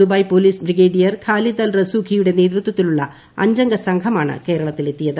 Dubai police brigadier Khalid Al റസൂഖിയുടെ നേതൃത്വത്തിലുള്ള അഞ്ചംഗ സംഘമാണ് കേരളത്തിലെത്തിയത്